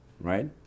Right